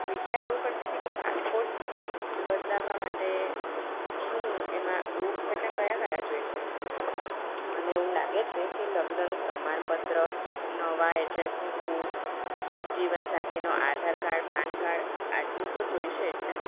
વિચારે એવું કરતી તી કે પાસપોર્ટ બદલાવવા માટે શું એમાં પ્રૂફ કેટલા કયા કયા જોઈશે મને એવું લાગે છે કે લગ્નનું પ્રમાણપત્ર નવા એડ્રેસનું પ્રુફ જીવનસાથીનો આધારકાર્ડ પાનકાર્ડ આટલું તો જોઈશે જ ને